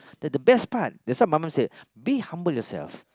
then the best part that's what my mom said be humble yourself